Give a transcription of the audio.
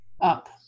up